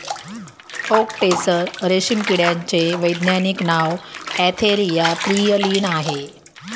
okay tasar रेशीम किड्याचे वैज्ञानिक नाव अँथेरिया प्रियलीन आहे